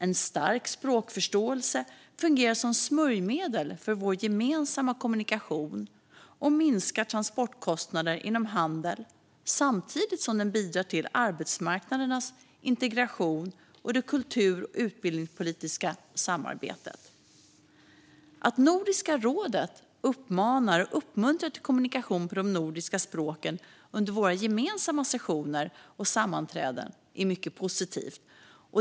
En stark språkförståelse fungerar som smörjmedel för vår gemensamma kommunikation och minskar transportkostnader inom handel samtidigt som den bidrar till arbetsmarknadernas integration och det kultur och utbildningspolitiska samarbetet. Att Nordiska rådet uppmanar och uppmuntrar till kommunikation på de nordiska språken under våra gemensamma sessioner och sammanträden är mycket positivt.